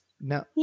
now